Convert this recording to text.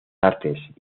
artes